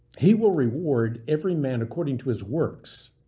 he will reward every man according to his works,